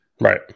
Right